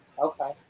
Okay